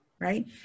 right